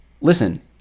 Listen